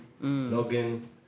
Logan